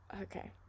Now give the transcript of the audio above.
Okay